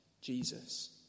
Jesus